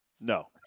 No